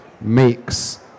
makes